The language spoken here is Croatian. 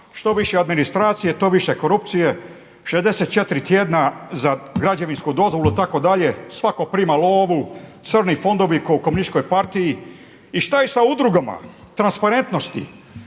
što više administracije to više korupcije, 64 tjedna za građevinsku dozvolu itd., svako prima lovu, crni fondovi ko u komunističkoj partiji. I šta je sa udrugama transparentnosti?